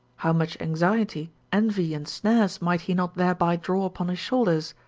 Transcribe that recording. how much anxiety, envy, and snares might he not thereby draw upon his shoulders?